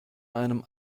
einem